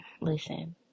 listen